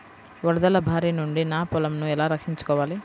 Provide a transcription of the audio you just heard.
వరదల భారి నుండి నా పొలంను ఎలా రక్షించుకోవాలి?